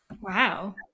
wow